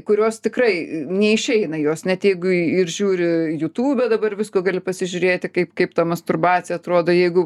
kurios tikrai neišeina jos net jeigu ir žiūri jutūbe dabar visko gali pasižiūrėti kaip kaip ta masturbacija atrodo jeigu